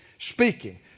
Speaking